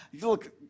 look